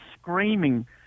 screaming